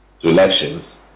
elections